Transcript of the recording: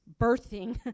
birthing